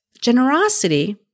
Generosity